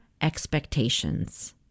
expectations